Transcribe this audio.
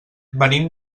venim